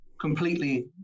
completely